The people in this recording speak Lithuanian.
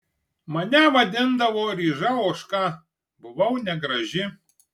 mane vadindavo ryža ožka buvau negraži